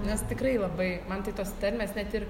nes tikrai labai man tai tos tarmės net ir